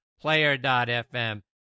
Player.fm